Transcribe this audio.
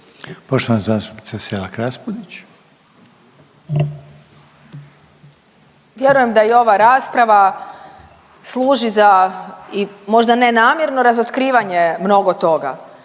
**Selak Raspudić, Marija (Nezavisni)** Vjerujem da i ova rasprava služi za i možda ne namjerno razotkrivanje mnogo toga.